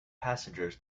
passengers